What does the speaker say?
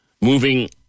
Moving